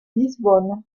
lisbonne